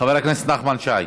חבר הכנסת נחמן שי,